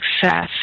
success